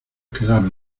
quedaron